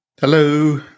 Hello